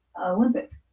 olympics